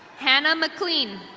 hannah mcclean.